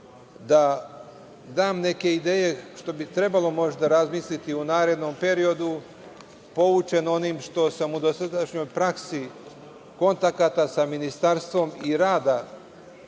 da dam neke ideje što bi trebalo možda razmisliti u narednom periodu, poučen onim što sam u dosadašnjoj praksi kontakata sa Ministarstvom i rada